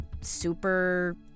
super